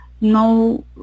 No